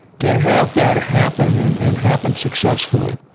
to have that happen and and happen successfully,